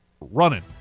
running